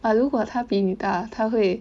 ah 如果他比你大他会